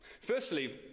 Firstly